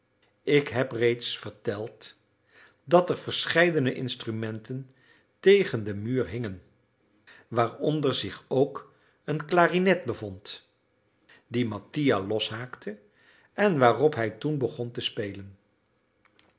ik heb reeds verteld dat er verscheidene instrumenten tegen den muur hingen waaronder zich ook een klarinet bevond die mattia loshaakte en waarop hij toen begon te